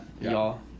y'all